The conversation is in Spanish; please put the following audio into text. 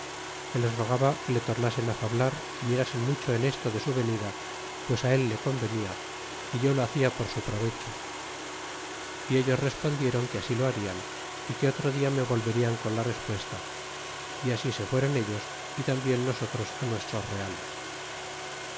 que les rogaba que le tornasen fallar y mirasen mucho en esto de su venida pues él le convenia y yo lo hacia por su provecho y ellos respona dieron que asilo harian y que otro dia me volverian con la a respuesta y así se fueron ellos y tambien nosotros nuestros a reales